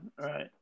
Right